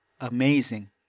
amazing